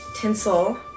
Tinsel